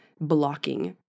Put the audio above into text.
blocking